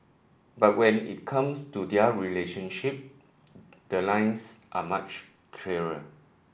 but when it comes to their relationship the lines are much clearer